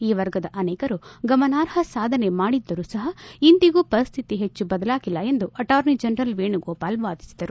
ಈ ವರ್ಗದ ಅನೇಕರು ಗಮನಾರ್ಹ ಸಾಧನೆ ಮಾಡಿದ್ದರೂ ಸಹ ಇಂದಿಗೂ ಪರಿಸ್ಥಿತಿ ಹೆಚ್ಚು ಬದಲಾಗಿಲ್ಲ ಎಂದ ಅಟಾರ್ನಿ ಜನರಲ್ ವೇಣುಗೋಪಾಲ್ ವಾದಿಸಿದರು